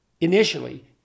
initially